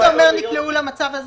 מה זה אומר "נקלעו למצב הזה"?